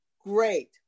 great